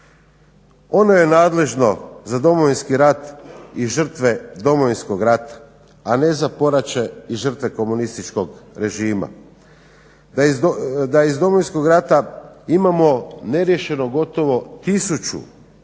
Ono je nadležno za Domovinski rat i žrtve Domovinskog rata, a ne za poraće i žrtve komunističkog režima. Da iz Domovinskog rata imamo neriješeno gotovo tisuću